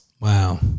Wow